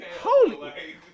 Holy